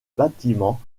bâtiments